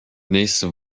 nächste